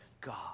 God